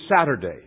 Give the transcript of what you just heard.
Saturday